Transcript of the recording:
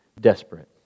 desperate